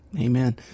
Amen